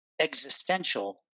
existential